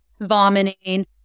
vomiting